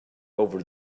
over